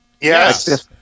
yes